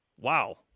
Wow